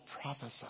prophesy